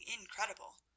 INCREDIBLE